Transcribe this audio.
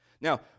now